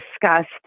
discussed